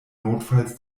notfalls